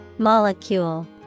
Molecule